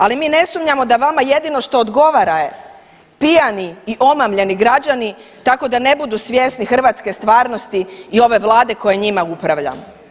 Ali mi ne sumnjamo da vama jedino što odgovara je pijani i omamljeni građani tako da ne budu svjesni hrvatske stvarnosti i ove vlade koja njima upravlja.